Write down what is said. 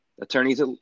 attorneys